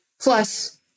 plus